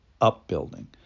upbuilding